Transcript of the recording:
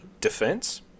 defense